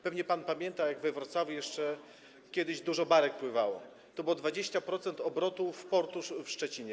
Pewnie pan pamięta, jak we Wrocławiu jeszcze kiedyś dużo barek pływało, to było 20% obrotu portu w Szczecinie.